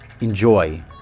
enjoy